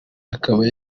akaba